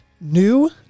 New